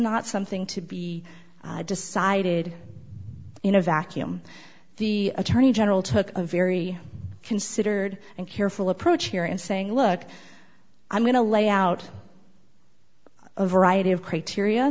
not something to be decided in a vacuum the attorney general took a very considered and careful approach here and saying look i'm going to lay out a variety of criteria